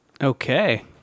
Okay